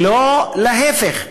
ולא להפך.